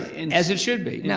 and as it should be, yeah